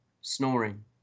Snoring